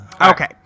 Okay